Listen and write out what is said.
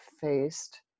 faced